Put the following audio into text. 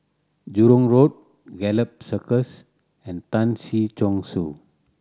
Jurong Road Gallop Circus and Tan Si Chong Su